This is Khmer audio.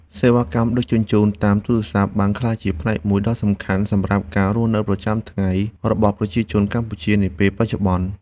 សេវាកម្មដឹកជញ្ជូនតាមកម្មវិធីទូរស័ព្ទបានក្លាយជាផ្នែកមួយដ៏សំខាន់សម្រាប់ការរស់នៅប្រចាំថ្ងៃរបស់ប្រជាជនកម្ពុជានាពេលបច្ចុប្បន្ន។